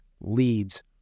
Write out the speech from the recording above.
leads